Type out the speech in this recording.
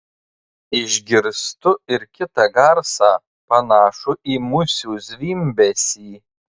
išgirstu ir kitą garsą panašų į musių zvimbesį